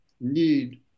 need